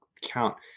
count